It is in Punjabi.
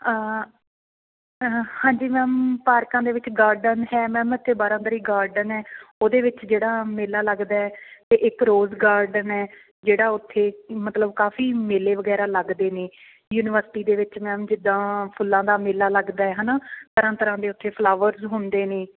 ਹਾਂਜੀ ਮੈਮ ਪਾਰਕਾਂ ਦੇ ਵਿੱਚ ਗਰਡਨ ਹੈ ਮੈਮ ਇੱਥੇ ਬਾਰਾਬਰੀ ਗਾਰਡਨ ਹੈ ਉਹਦੇ ਵਿੱਚ ਜਿਹੜਾ ਮੇਲਾ ਲੱਗਦਾ ਅਤੇ ਇੱਕ ਰੋਜ਼ ਗਾਰਡਨ ਹੈ ਜਿਹੜਾ ਉੱਥੇ ਮਤਲਬ ਕਾਫੀ ਮੇਲੇ ਵਗੈਰਾ ਲੱਗਦੇ ਨੇ ਯੂਨੀਵਰਸਿਟੀ ਦੇ ਵਿੱਚ ਮੈਮ ਜਿੱਦਾਂ ਫੁੱਲਾਂ ਦਾ ਮੇਲਾ ਲੱਗਦਾ ਹੈ ਨਾ ਤਰ੍ਹਾਂ ਤਰ੍ਹਾਂ ਦੇ ਉੱਥੇ ਫਲਾਵਰ ਹੁੰਦੇ ਨੇ